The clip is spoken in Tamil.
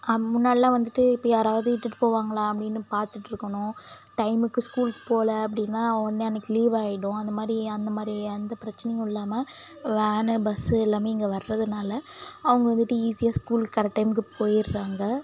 முன்னாடிலாம் வந்துட்டு இப்போ யாரவது இட்டுட்டு போவாங்களா அப்படினு பார்த்துட்ருக்கணும் டைமுக்கு ஸ்கூல் போல் அப்படினா உட்னே அன்றைக்கி லீவ் ஆயிடும் அந்த மாதிரி அந்த மாதிரி அந்த பிரச்சினையும் இல்லாம வேனு பஸ்ஸு எல்லாமே இங்கே வரதுனால் அவங்க வந்துட்டு ஈஸியாக ஸ்கூல்க்கு கரெக்ட் டைம்க்கு போயிடுறாங்க